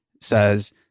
says